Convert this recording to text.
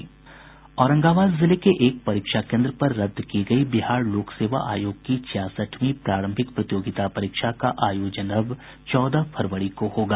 औरंगाबाद जिले के एक परीक्षा केन्द्र पर रद्द की गयी बिहार लोक सेवा आयोग की छियासठवीं प्रारंभिक प्रतियोगिता परीक्षा का आयोजन अब चौदह फरवरी को होगा